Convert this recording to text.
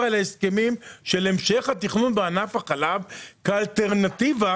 על ההסכמים של המשך התכנון בענף החלב כי האלטרנטיבה